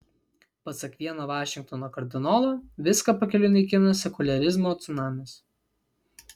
pasak vieno vašingtono kardinolo viską pakeliui naikina sekuliarizmo cunamis